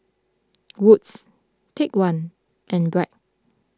Wood's Take one and Bragg